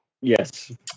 Yes